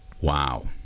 Wow